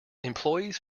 employees